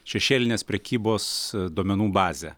šešėlinės prekybos duomenų bazę